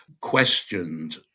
questioned